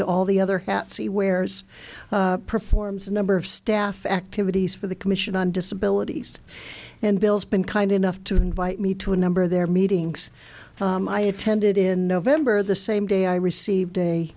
to all the other hats he wears performs a number of staff activities for the commission on disability and bills been kind enough to invite me to a number of their meetings i attended in november the same day i received a